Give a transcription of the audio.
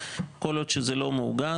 כל עוד זה לא מעוגן,